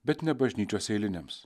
bet ne bažnyčios eiliniams